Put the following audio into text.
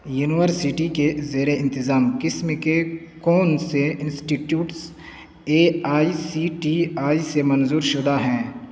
university کے زیر انتظام قسم کے کون سے institutes A I C T E سے منظور شدہ ہیں